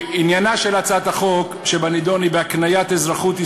עניינה של הצעת החוק שבנדון היא בהקניית אזרחות,